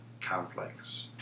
complex